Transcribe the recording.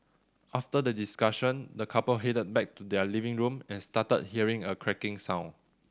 after the discussion the couple headed back to their living room and started hearing a cracking sound